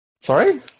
Sorry